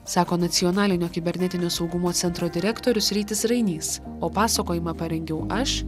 sako nacionalinio kibernetinio saugumo centro direktorius rytis rainys o pasakojimą parengiau aš